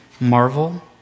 marvel